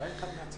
ומה הוא